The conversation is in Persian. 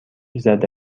زده